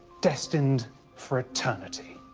destined for eternity.